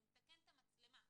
הוא מתקן את המצלמה,